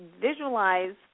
Visualize